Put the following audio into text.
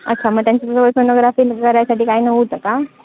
अच्छा मग त्यांच्याजवळ सोनोग्राफी करायसाठी काही नव्हतं का